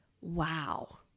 wow